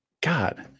God